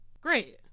Great